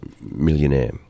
millionaire